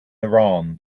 iran